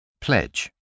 Pledge